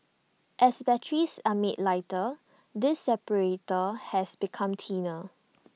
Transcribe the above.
as batteries are made lighter this separator has become thinner